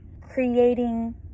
creating